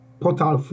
portal